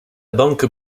banque